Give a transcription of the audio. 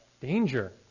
danger